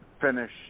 finish